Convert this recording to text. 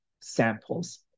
samples